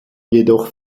jedoch